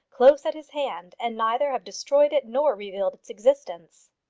close at his hand, and neither have destroyed it nor revealed its existence?